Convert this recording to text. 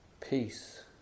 peace